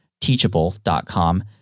teachable.com